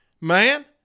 man